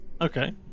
Okay